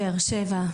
בבאר שבע,